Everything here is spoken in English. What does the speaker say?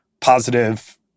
positive